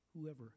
whoever